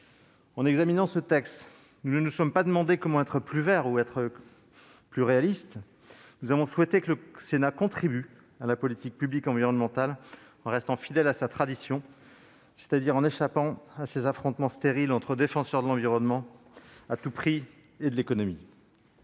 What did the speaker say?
En examinant ce texte, nous ne nous sommes pas demandé comment être plus verts ou plus réalistes ; nous avons souhaité que le Sénat contribue à la politique publique environnementale en restant fidèle à sa tradition, c'est-à-dire en échappant aux affrontements stériles entre défenseurs à tout prix de l'environnement et défenseurs de l'économie.